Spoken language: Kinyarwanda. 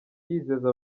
yizeza